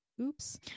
oops